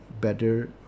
better